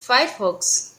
firefox